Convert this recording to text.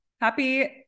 happy